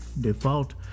default